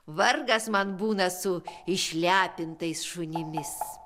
vargas man būna su išlepintais šunimis